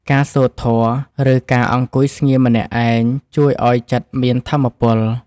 ការសូត្រធម៌ ឬការអង្គុយស្ងៀមម្នាក់ឯង ជួយឱ្យចិត្តមានថាមពល។